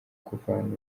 kuvana